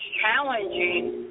challenging